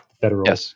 federal